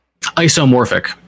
Isomorphic